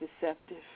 deceptive